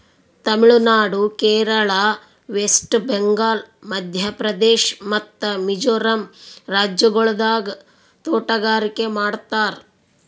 Tamil Nadu, Kerala, west Bengal, Madhya Pradesh ಮತ್ತ ಮಿಜೋರಂ ರಾಜ್ಯಗೊಳ್ದಾಗ್ ತೋಟಗಾರಿಕೆ ಮಾಡ್ತಾರ್